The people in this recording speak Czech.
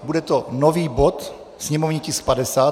Bude to nový bod, sněmovní tisk 50.